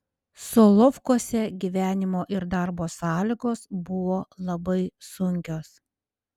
solovkuose gyvenimo ir darbo sąlygos buvo labai sunkios